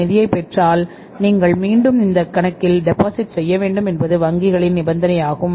C செய்ய வேண்டும் என்பது வங்கிகளின் நிபந்தனை ஆகும்